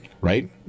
right